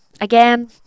again